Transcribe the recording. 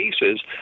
cases